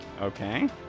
Okay